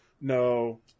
No